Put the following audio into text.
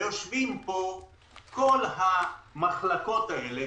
יושבים פה נציגי כל המחלקות האלה,